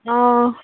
অঁ